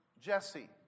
Jesse